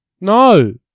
no